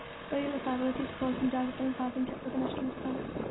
రొయ్యల సాగులో తీసుకోవాల్సిన జాగ్రత్తలను పాటించక పోతే నష్టం వస్తాది